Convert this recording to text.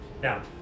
Now